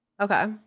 Okay